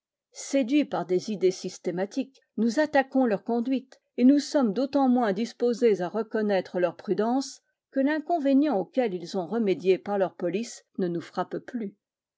séduits par des idées systématiques nous attaquons leur conduite et nous sommes d'autant moins disposés à reconnaître leur prudence que l'inconvénient auquel ils ont remédié par leur police ne nous frappe plus